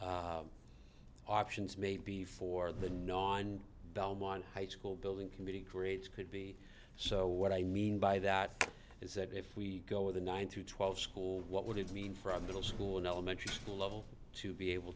options may be for the non belmont high school building community creates could be so what i mean by that is that if we go with a nine to twelve school what would it mean for a middle school and elementary school level to be able